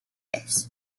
this